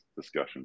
discussion